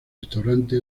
restaurante